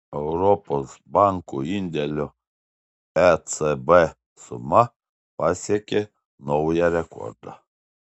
europos bankų indėlių ecb suma pasiekė naują rekordą